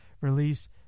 release